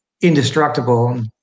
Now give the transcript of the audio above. indestructible